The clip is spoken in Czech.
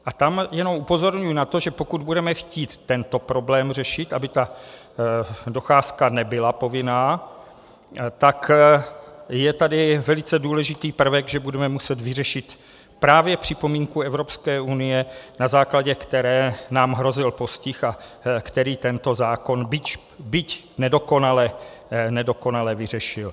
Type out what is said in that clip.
A tam jenom upozorňuji na to, že pokud budeme chtít tento problém řešit, aby docházka nebyla povinná, tak je tady velice důležitý prvek, že budeme muset vyřešit právě připomínku Evropské unie, na základě které nám hrozil postih, a který tento zákon, byť nedokonale, vyřešil.